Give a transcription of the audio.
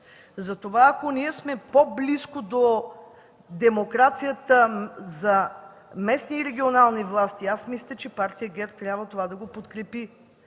Затова, ако ние сме по-близко до демокрацията за местни и регионални власти, мисля, че партия ГЕРБ трябва да подкрепи